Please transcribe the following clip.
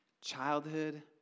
childhood